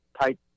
type